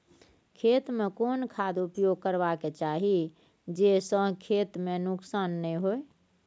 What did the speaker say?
खेत में कोन खाद उपयोग करबा के चाही जे स खेत में नुकसान नैय होय?